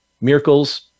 miracles